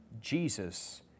Jesus